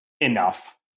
enough